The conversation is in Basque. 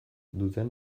dute